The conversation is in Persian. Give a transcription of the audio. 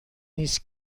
نیست